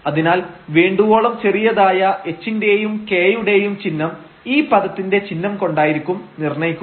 അതിനാൽ വേണ്ടുവോളം ചെറിയതായ h ന്റെയും k യുടെയും ചിഹ്നം ഈ പദത്തിന്റെ ചിഹ്നം കൊണ്ടായിരിക്കും നിർണയിക്കുക